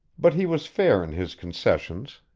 but he was fair in his concessions,